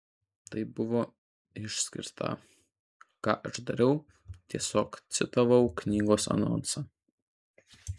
tai buvo išskirta ką aš dariau tiesiog citavau knygos anonsą